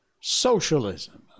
Socialism